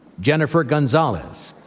jennifer gonzalez,